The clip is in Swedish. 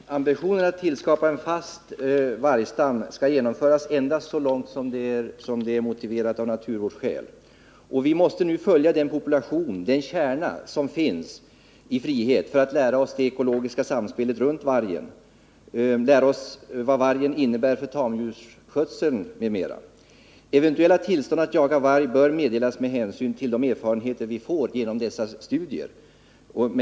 Herr talman! Ambitionen att tillskapa en fast vargstam skall genomföras endast så långt som detta är motiverat av naturvårdsskäl. Vi måste nu följa den population — den kärna — vargar som finns i frihet, för att lära oss det ekologiska samspelet runt vargen, vad vargen innebär för tamdjursskötseln m.m. Eventuella tillstånd att jaga varg bör meddelas med hänsyn till de erfarenheter vi får genom dessa studier.